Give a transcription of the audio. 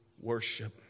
worship